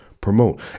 promote